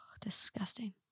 Disgusting